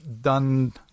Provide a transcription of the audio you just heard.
done